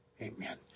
Amen